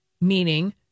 meaning